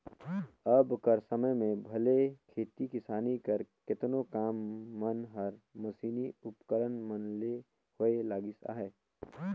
अब कर समे में भले खेती किसानी कर केतनो काम मन हर मसीनी उपकरन मन ले होए लगिस अहे